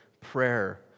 prayer